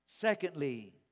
Secondly